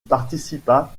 participa